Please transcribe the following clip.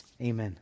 Amen